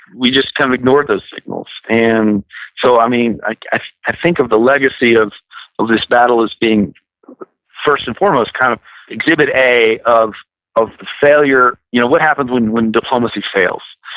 we just kind of ignored those signals and so i mean i i think of the legacy of of this battle being first and foremost, kind of exhibit a of of the failure, you know what happens when when diplomacy fails.